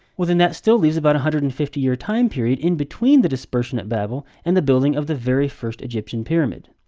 well then, that still leaves about a one hundred and fifty year time period in between the dispersion at babel, and the building of the very first egyptian pyramid.